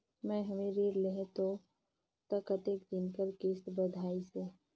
मैं हवे ऋण लेहे हों त कतेक दिन कर किस्त बंधाइस हे?